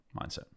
mindset